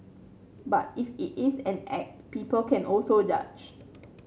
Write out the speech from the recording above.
but if it is an act people can also judge